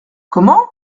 comment